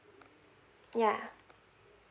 yeah